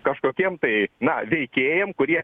kažkokiems tai na veikėjam kurie